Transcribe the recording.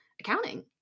accounting